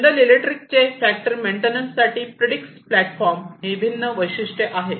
general Electric चे factory maintenance साठी Predix प्लॅटफॉर्मचे ही भिन्न वैशिष्ट्ये आहेत